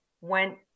went